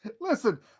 listen